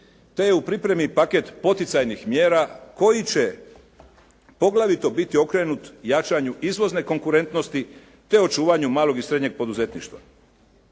te je u pripremi paket poticajnih mjera koji će poglavito biti okrenut jačanju izvozne konkurentnosti te očuvanju malog i srednjeg poduzetništva.